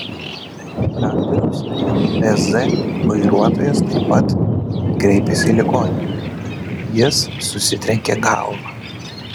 traktoriaus mtz vairuotojas taip pat kreipėsi į ligoninę jis susitrenkė galvą